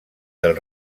del